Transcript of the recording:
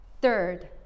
Third